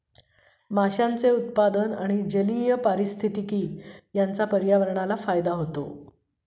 माशांचे उत्पादन आणि जलीय पारिस्थितिकी यांचा पर्यावरणाला फायदा होतो